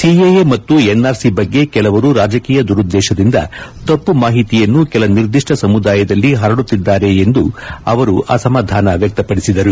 CAA ಮತ್ತು NRC ಬಗ್ಗೆ ಕೆಲವರು ರಾಜಕೀಯ ದುರುದ್ದೇಶದಿಂದ ತಪ್ಪು ಮಾಹಿತಿಯನ್ನು ಕೆಲ ನಿರ್ದಿಷ್ವ ಸಮುದಾಯದಲ್ಲಿ ಹರಡುತ್ತಿದ್ದಾರೆ ಎಂದು ಅವರು ಅಸಮಾಧಾನ ವ್ಯಕ್ತಪಡಿಸಿದ್ದರು